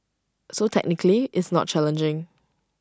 so technically it's not challenging